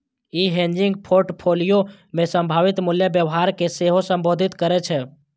ई hedging portfolio मे संभावित मूल्य व्यवहार कें सेहो संबोधित करै छै